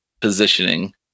positioning